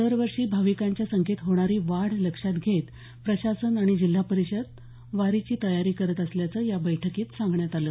दरवर्षी भाविकांच्या संख्येत होणारी वाढ लक्षात घेत प्रशासन आणि जिल्हा परिषद वारीची तयारी करत असल्याचं या बैठकीत सांगण्यात आलं